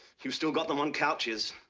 you've still got them on couches.